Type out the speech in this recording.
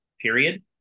period